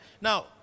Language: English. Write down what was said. Now